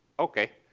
okay.